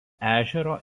ežero